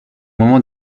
moment